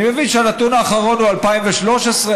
אני מבין שהנתון האחרון הוא ל-2013,